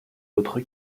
autre